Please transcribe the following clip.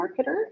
marketer